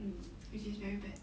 mm which is very bad